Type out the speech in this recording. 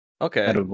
Okay